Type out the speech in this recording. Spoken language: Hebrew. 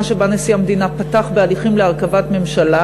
שבה נשיא המדינה פתח בהליכים להרכבת ממשלה,